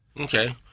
Okay